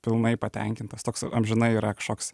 pilnai patenkintas toks amžinai yra kažkoks